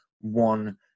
one